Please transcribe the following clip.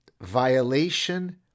violation